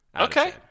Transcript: okay